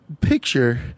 Picture